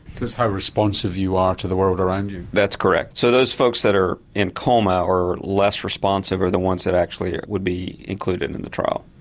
this is how responsive you are to the world around you? that's correct, so those folks that are in coma or less responsive are the ones that actually would be included in the trial.